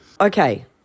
Okay